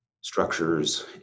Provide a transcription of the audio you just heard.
structures